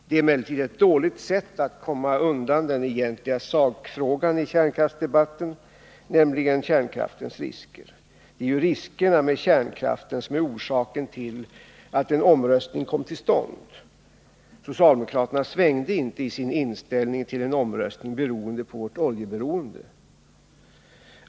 Det är emellertid ett dåligt sätt att komma undan den egentliga sakfrågan i kärnkraftsdebatten — nämligen kärnkraftens risker. Det är ju riskerna med kärnkraften som är orsaken till att en omröstning kom till stånd. Socialdemokraterna svängde inte i sin inställning till en omröstning på grund av vårt oljeberoende.